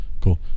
Cool